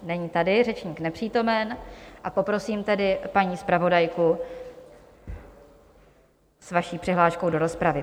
Není tady, řečník nepřítomen, a poprosím tedy paní zpravodajku s vaší přihláškou do rozpravy.